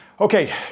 Okay